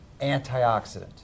antioxidant